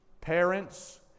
Parents